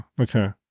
okay